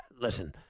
listen